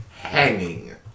hanging